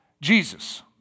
Jesus